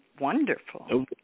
wonderful